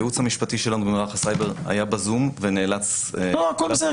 הייעוץ המשפטי שלנו במערך הסייבר היה בזום ונאלץ ללכת.